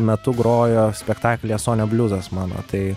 metu grojo spektaklyje sonio bliuzas mano tai